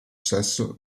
sesso